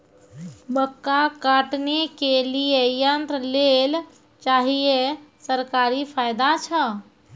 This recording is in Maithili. मक्का काटने के लिए यंत्र लेल चाहिए सरकारी फायदा छ?